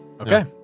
Okay